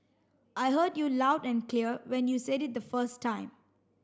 I heard you loud and clear when you said it the first time